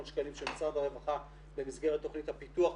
שקלים של משרד הרווחה במסגרת תכנית הפיתוח,